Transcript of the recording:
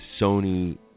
Sony